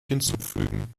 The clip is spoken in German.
hinzufügen